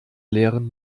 leeren